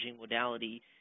modality